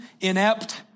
inept